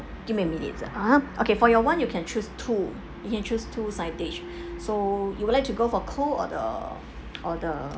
give me a minute ah okay for your one you can choose two you can choose two side dish so you would like to go for cold or the or the